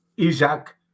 Isaac